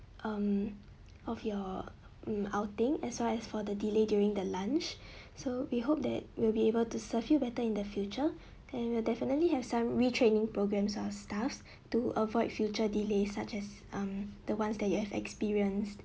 um of your mm outing as well as for the delay during the lunch so we hope that we'll be able to serve you better in the future and we'll definitely have some retraining programmes of staffs to avoid future delays such as um the ones that you have experienced